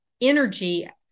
energy